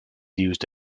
used